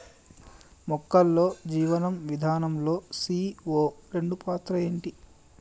మొక్కల్లో జీవనం విధానం లో సీ.ఓ రెండు పాత్ర ఏంటి?